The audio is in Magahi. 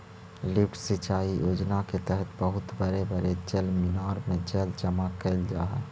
लिफ्ट सिंचाई योजना के तहत बहुत बड़े बड़े जलमीनार में जल जमा कैल जा हई